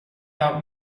out